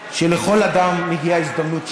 שלכל אדם מגיעה הזדמנות שנייה.